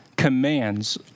commands